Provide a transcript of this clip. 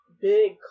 big